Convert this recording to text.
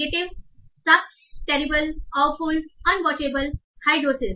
negative suck terrible awful unwatchable hideous